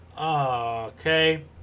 Okay